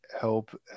help